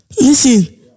Listen